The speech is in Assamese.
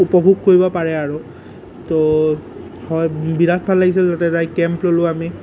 উপভোগ কৰিব পাৰে আৰু তো হয় বিৰাট ভাল লাগিছে তাতে যায় কেম্প ল'লোঁ আমি